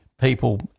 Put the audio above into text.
people